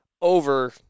over